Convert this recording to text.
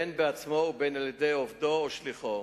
בין בעצמו ובין על-ידי עובדו או שליחו.